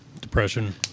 depression